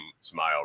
smile